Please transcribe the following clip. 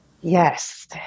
Yes